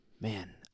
Man